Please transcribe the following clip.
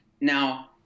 Now